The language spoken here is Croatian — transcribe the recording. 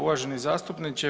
Uvaženi zastupniče.